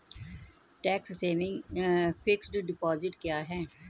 Tax saving fixed deposit क्या है?